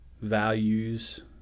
values